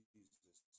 Jesus